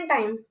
Time